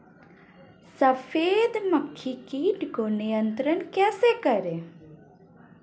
सफेद मक्खी कीट को नियंत्रण कैसे करें?